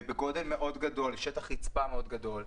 ויש להם שטח רצפה מאוד גדול.